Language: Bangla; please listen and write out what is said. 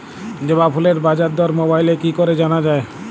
জবা ফুলের বাজার দর মোবাইলে কি করে জানা যায়?